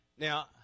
Now